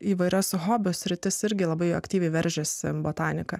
įvairias hobio sritis irgi labai aktyviai veržiasi botanika